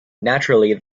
naturally